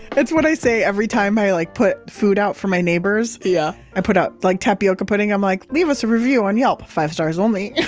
that's what i say every time i like put food out for my neighbors. yeah i put out like tapioca pudding, i'm like leave us a review on yelp, five stars only.